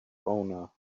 honor